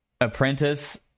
apprentice